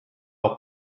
auch